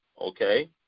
Okay